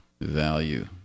value